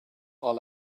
are